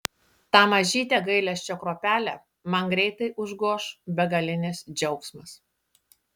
tą mažytę gailesčio kruopelę man greitai užgoš begalinis džiaugsmas